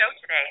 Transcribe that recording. today